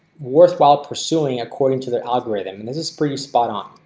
worthwhile pursuing according to the algorithm and this is pretty spot-on.